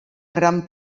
gran